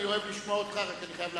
אני אוהב לשמוע אותך, אבל אני חייב להגן.